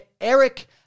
Eric